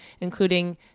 including